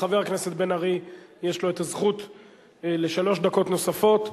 חבר הכנסת בן-ארי, יש לו הזכות לשלוש דקות נוספות.